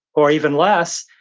or even less,